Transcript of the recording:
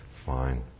fine